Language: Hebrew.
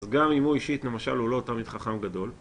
גם אם הוא אישית, למשל, הוא לא תלמיד חכם גדול